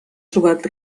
trobat